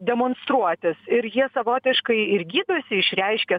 demonstruotis ir jie savotiškai ir gydosi išreiškia